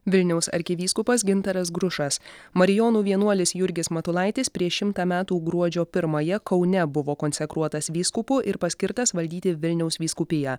vilniaus arkivyskupas gintaras grušas marijonų vienuolis jurgis matulaitis prieš šimtą metų gruodžio pirmąją kaune buvo konsekruotas vyskupu ir paskirtas valdyti vilniaus vyskupiją